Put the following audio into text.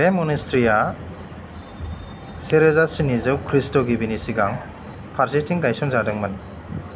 बे मनेस्त्रीया सेरोजा स्निजौ ख्रीष्ट' गिबिनि सिगां फारसेथिं गायसन जादोंमोन